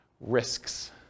Risks